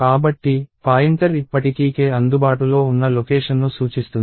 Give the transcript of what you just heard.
కాబట్టి పాయింటర్ ఇప్పటికీ k అందుబాటులో ఉన్న లొకేషన్ను సూచిస్తుంది